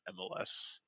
mls